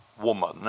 woman